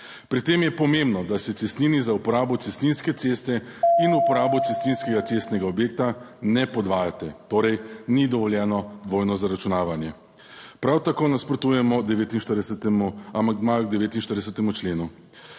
Pri tem je pomembno, da se cestnini za uporabo cestninske ceste in uporabo cestninskega cestnega objekta ne podvajate, torej ni dovoljeno dvojno zaračunavanje. Prav tako nasprotujemo amandmaju